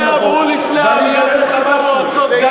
את זה אמרו לפני העלייה מברית-המועצות גם